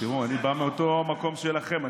אני בא מאותו מקום שלכם.